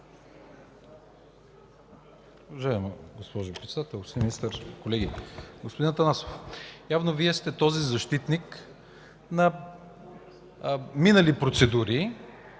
Уважаема госпожо Председател, господин Министър, колеги! Господин Атанасов, явно Вие сте този защитник на минали процедури